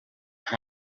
with